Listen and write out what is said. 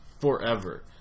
forever